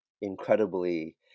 incredibly